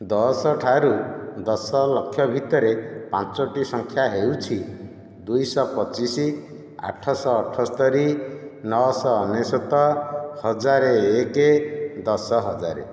ଦଶ ଠାରୁ ଦଶ ଲକ୍ଷ ଭିତରେ ପାଞ୍ଚୋଟି ସଂଖ୍ୟା ହେଉଛି ଦୁଇ ଶହ ପଚିଶ ଆଠ ଶହ ଅଠସ୍ତୋରୀ ନଅ ଶହ ଅନେଶ୍ୱତ ହଜାର ଏକ ଦଶ ହଜାର